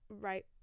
right